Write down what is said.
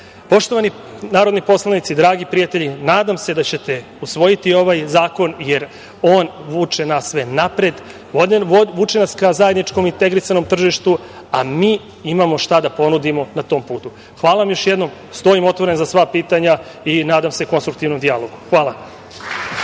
pravila. Poštovani narodni poslanici, dragi prijatelji, nadam se da ćete usvojiti ovaj zakon, jer on vuče nas sve napred, vuče nas ka zajedničkom integrisanom tržištu, a mi imamo šta da ponudimo na tom putu. Hvala vam još jednom. Stojim otvoren za sva pitanja i nadam se konstruktivnom dijalogu. Hvala.